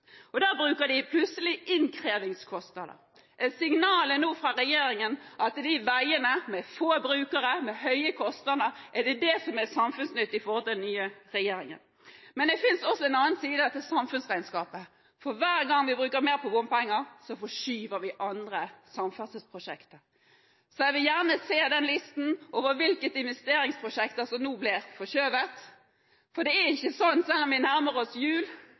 bompenger. Da bruker de plutselig innkrevingskostnader. Signalet fra regjeringen nå gjelder veiene med få brukere og høye kostnader. Er det det som er samfunnsnyttig for den nye regjeringen? Men det finnes også en annen side av dette samfunnsregnskapet. For hver gang man bruker mer på bompenger, forskyver man andre samferdselsprosjekter. Jeg vil gjerne se listen over hvilke investeringsprosjekter som nå blir forskjøvet, for det er ikke sånn – selv om vi nærmer oss jul